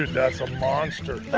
a monster.